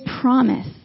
promise